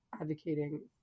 advocating